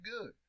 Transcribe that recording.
good